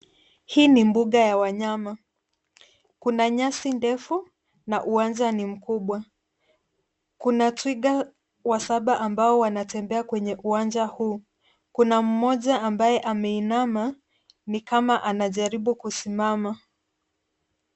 Hii ni mbuga ya wanyama. Kuna nyasi ndefu, na uwanja ni mkubwa. Kuna twiga wasaba ambao wanatembea kwenye uwanja huu. Kuna mmoja ambaye ameinama, ni kama anajaribu kusimama.